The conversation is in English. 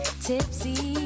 tipsy